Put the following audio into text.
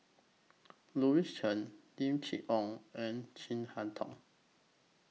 Louis Chen Lim Chee Onn and Chin Harn Tong